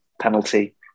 penalty